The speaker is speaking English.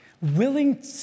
willing